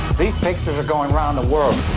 these pictures are going around the world.